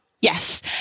Yes